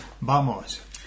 Vamos